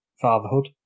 fatherhood